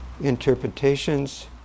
interpretations